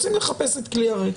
רוצים מחפשת כלי הרצח.